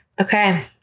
Okay